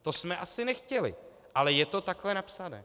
To jsme asi nechtěli, ale je to takhle napsané.